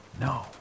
No